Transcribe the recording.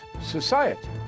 society